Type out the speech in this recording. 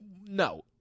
No